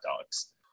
dogs